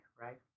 right